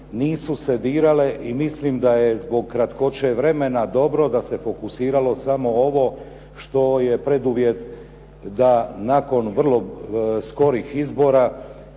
nisu se dirale i mislim da je zbog kratkoće vremena dobro da se fokusiralo samo ovo što je preduvjet da nakon vrlo skorih izbora